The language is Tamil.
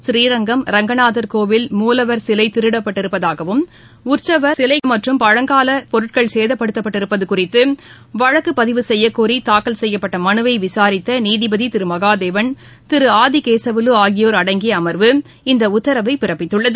ஸ்ரீரங்கம் ரங்கநாதர் கோவில் மூலவர் சிலைதிருடப்பட்டிருப்பதாகவும் உற்சவர் சிலமற்றும் பழங்காவப் சேதப்படுத்தப்பட்டிருப்பதுகுறித்துவழக்குபதிவு பொருட்கள் செய்யக்கோரிதாக்கல் செய்யப்பட்டமனுவைவிசாரித்தநீதிபதிதிருமகாதேவன் திருஆதிகேசவலுஆகியோர் அடங்கியஅம்வு இந்தஉத்தரவைபிறப்பித்துள்ளது